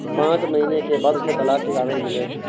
पांच महीने के बाद उसे तलाक के कागज मिले